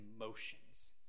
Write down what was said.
emotions